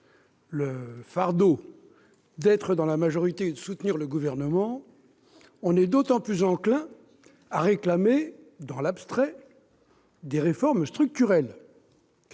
le fardeau d'être dans la majorité et de soutenir le Gouvernement, on est d'autant plus enclin à réclamer, dans l'abstrait, des réformes structurelles